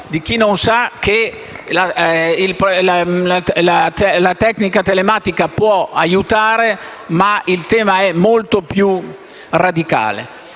di chi non sa che la tecnica telematica può aiutare, ma che il tema è molto più radicale.